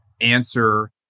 answer